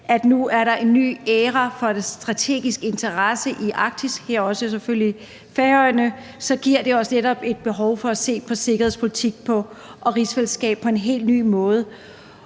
at der nu er en ny æra for de strategiske interesser i Arktis, herunder selvfølgelig også Færøerne. Så det giver os netop et behov for at se på sikkerhedspolitik og rigsfællesskabet på en helt ny måde.